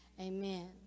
Amen